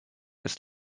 ist